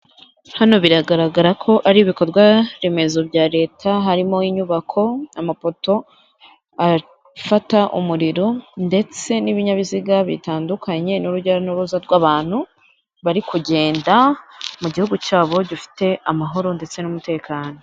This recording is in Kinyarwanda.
Hano biragaragara ko ari ibikorwa remezo bya reta harimo inyubako, amapoto afata umuriro ndetse n'ibinyabiziga bitandukanye n'urujya n'uruza rw'abantu bari kugenda mu gihugu cyabo gifite amahoro ndetse n'umutekano